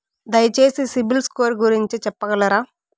దయచేసి CIBIL score గురించి చెప్పగలరా?